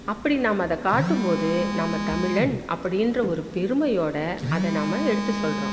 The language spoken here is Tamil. அப்படி நாம் அதை காட்டும்போது நாம் தமிழன் அப்படின்ற ஒரு பெருமையோடு அதை நாம் எடுத்து சொல்கிறோம்